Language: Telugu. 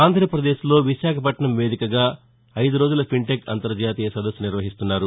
ఆంధ్రాపదేశ్లో విశాఖపట్నం వేదికగా ఐదు రోజుల ఫిన్ టెక్ అంతర్జాతీయ సదస్సు నిర్వహిస్తున్నారు